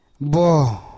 Bo